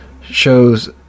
shows